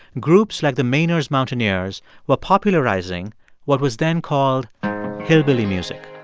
groups like the mainer's mountaineers were popularizing what was then called hillbilly music